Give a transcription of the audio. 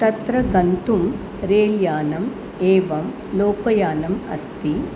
तत्र गन्तुं रेय्ल्यानम् एवं लोकयानम् अस्ति